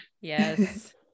yes